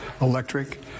electric